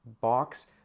box